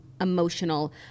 emotional